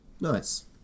Nice